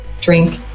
drink